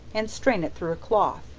and strain it through a cloth,